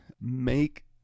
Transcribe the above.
make